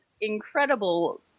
incredible